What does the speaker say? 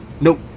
Nope